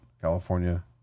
California